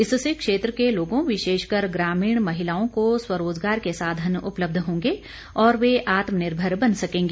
इससे क्षेत्र के लोगों विशेषकर ग्रामीण महिलाओं को स्वरोजगार के साधन उपलब्ध होंगे और वे आत्मनिर्भर बन सकेंगी